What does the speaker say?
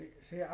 See